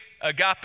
Agape